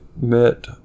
met